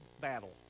battle